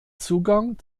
zugang